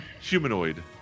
humanoid